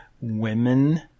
women